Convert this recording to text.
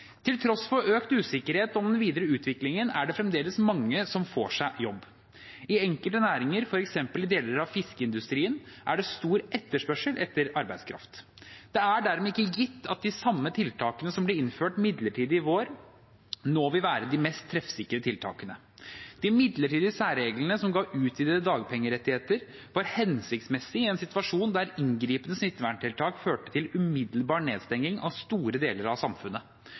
Til tross for økt usikkerhet om den videre utviklingen er det fremdeles mange som får seg jobb. I enkelte næringer, f.eks. i deler av fiskeindustrien, er det stor etterspørsel etter arbeidskraft. Det er dermed ikke gitt at de samme tiltakene som ble innført midlertidig i vår, nå vil være de mest treffsikre tiltakene. De midlertidige særreglene som ga utvidede dagpengerettigheter, var hensiktsmessige i en situasjon der inngripende smitteverntiltak førte til umiddelbar nedstenging av store deler av samfunnet.